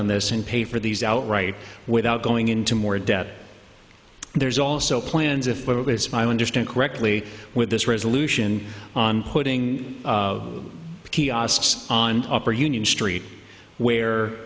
on this and pay for these outright without going into more debt and there's also plans if i understand correctly with this resolution on putting kiosks on upper union street where